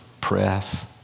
press